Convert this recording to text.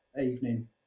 evening